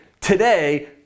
today